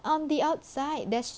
on the outside there's